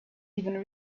even